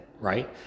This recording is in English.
right